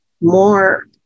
more